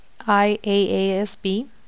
IAASB